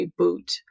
reboot